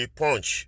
punch